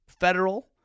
federal